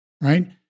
right